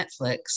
Netflix